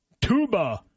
Tuba